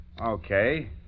Okay